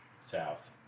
south